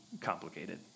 complicated